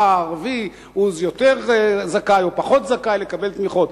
ערבי הוא יותר זכאי או פחות זכאי לקבל תמיכות.